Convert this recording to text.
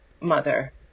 mother